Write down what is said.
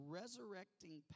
resurrecting